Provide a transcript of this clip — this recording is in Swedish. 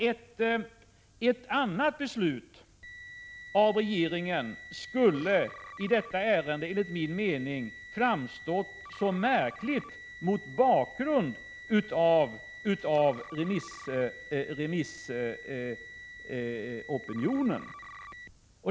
Ett annat beslut av regeringen i detta ärende skulle enligt min mening framstått som märkligt mot bakgrund av remissopinionen.